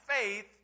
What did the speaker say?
faith